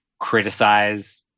criticize